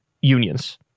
unions